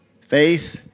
faith